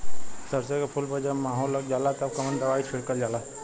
सरसो के फूल पर जब माहो लग जाला तब कवन दवाई छिड़कल जाला?